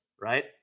right